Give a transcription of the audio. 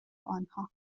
آنها